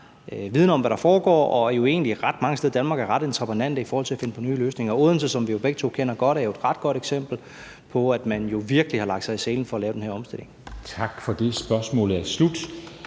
viden om, hvad der foregår. Ret mange steder i Danmark er man egentlig ret entreprenante i forhold til at finde på nye løsninger. Odense, som vi jo begge to kender godt, er et ret godt eksempel på, at man virkelig har lagt sig i selen for at lave den her omstilling. Kl. 13:17 Formanden